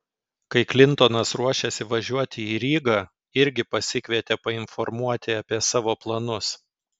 kai klintonas ruošėsi važiuoti į rygą irgi pasikvietė painformuoti apie savo planus